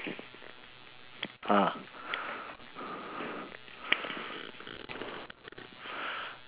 ah